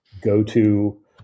go-to